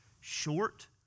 short